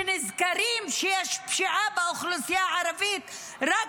שנזכרים שיש פשיעה באוכלוסייה הערבית רק